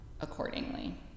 accordingly